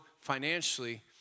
financially